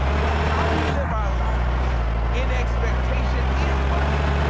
but how we live our lives in expectation is worship.